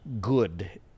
good